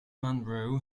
munro